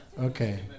Okay